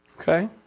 Okay